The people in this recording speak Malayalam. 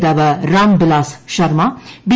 നേതാവ് രാം ബിലാസ് ശർമ്മ ബി